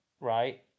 right